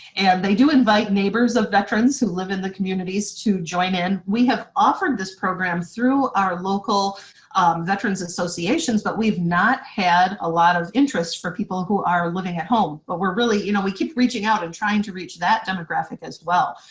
and they do invite neighbors of veterans who live in the communities to join in. we have offered this program through our local veterans associations but we've not had a lot of interest for people who are living at home. but you know we keep reaching out and trying to reach that demographic, as well.